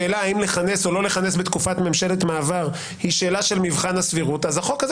שאני חב תודה לחברת הכנסת קארין אלהרר שנדמה לי שראיתי אותה פה.